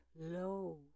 low